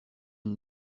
une